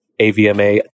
AVMA